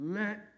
let